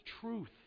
truth